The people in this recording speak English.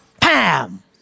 PAM